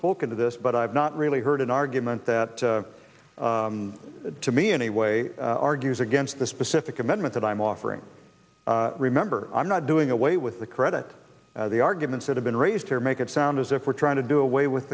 spoken to this but i have not really heard an argument that to me anyway argues against the specific amendment that i'm offering remember i'm not doing away with the credit the arguments that have been raised here make it sound as if we're trying to do away with